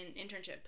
internship